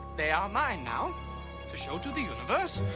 they are mine now to show to the universe.